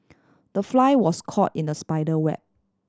the fly was caught in the spider web